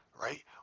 right